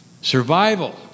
Survival